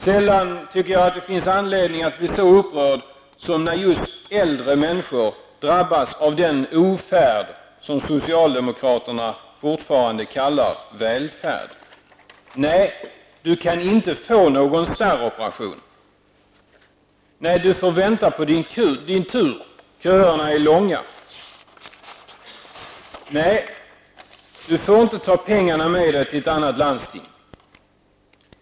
Sällan tycker jag att det finns anledning att bli så upprörd som när just äldre människor drabbas av den ofärd som socialdemokraterna fortfarande kallar välfärd: -- Nej, du kani nte få någon starroperation. -- Nej, du får vänta på din tur. Köerna är långa. -- Nej, du får inte ta pengarna med dig till ett annat landsting.